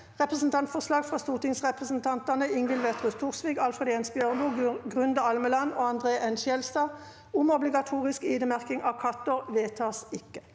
Representantforslag fra stortingsrepresentantene Ingvild Wetrhus Thorsvik, Alfred Jens Bjørlo, Grunde Almeland og André N. Skjelstad om obligatorisk ID-merking av katter – vedtas ikke.